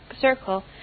circle